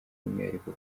umwihariko